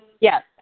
Yes